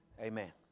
Amen